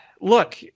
look